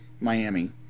Miami